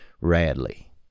Radley